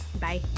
Bye